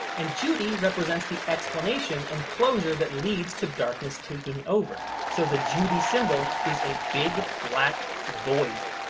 and judy represents the explanation and closure that leads to darkness taking over, so the judy symbol is a big black void,